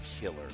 killer